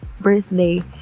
birthday